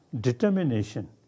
determination